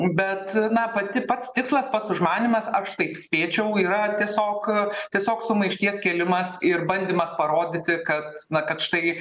bet na pati pats tikslas pats užmanymas aš taip spėčiau yra tiesiog tiesiog sumaišties kėlimas ir bandymas parodyti kad na kad štai